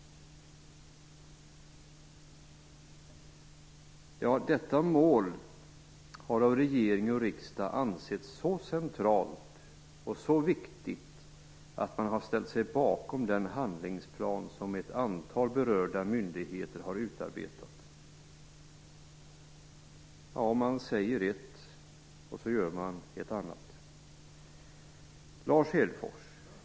Detta mål har av regering och riksdag ansetts så centralt och viktigt att man har ställt sig bakom den handlingsplan som ett antal berörda myndigheter har utarbetat. Man säger ett, och så gör man ett annat! Lars Hedfors!